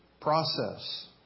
Process